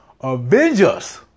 Avengers